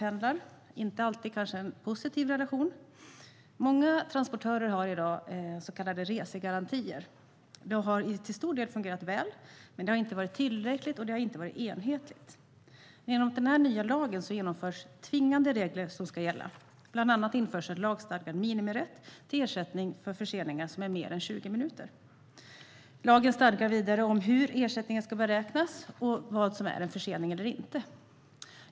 Det är kanske inte alltid en positiv relation. Många transportörer har i dag så kallade resegarantier. Det har till stor del fungerat väl, men det har inte varit tillräckligt, och det har inte varit enhetligt. Genom denna nya lag genomförs tvingande regler. Bland annat införs en lagstadgad minimirätt till ersättning vid förseningar som är mer än 20 minuter. Lagen stadgar vidare hur ersättningen ska beräknas och vad som är en försening och inte.